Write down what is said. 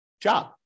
job